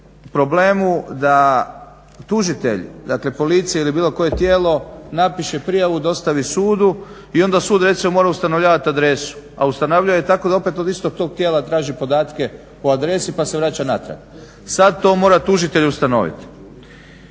problemu da tužitelj, dakle Policija ili bilo koje tijelo, napiše prijavu i dostavi sudu i onda sud recimo mora ustanovljavati adresu. A ustanovljuje je tako da opet od istog tog tijela traži podatke o adresi pa se vraća natrag. Sad to mora tužitelj ustanoviti.